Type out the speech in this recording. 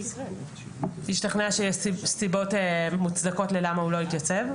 השתכנע שיש סיבות מוצדקות ללמה הוא לא התייצב?